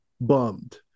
bummed